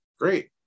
great